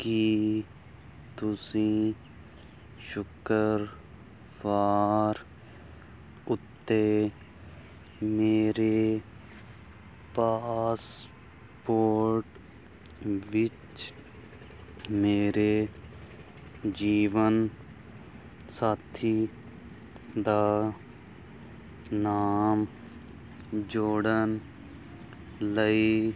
ਕੀ ਤੁਸੀਂ ਸ਼ੁੱਕਰਵਾਰ ਉੱਤੇ ਮੇਰੇ ਪਾਸਪੋਰਟ ਵਿੱਚ ਮੇਰੇ ਜੀਵਨ ਸਾਥੀ ਦਾ ਨਾਮ ਜੋੜਨ ਲਈ